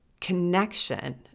connection